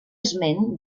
esment